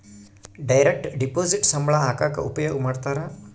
direct deposit ಸಂಬಳ ಹಾಕಕ ಉಪಯೋಗ ಮಾಡ್ತಾರ